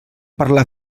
parlar